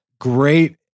great